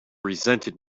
resented